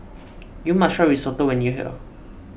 you must try Risotto when you are here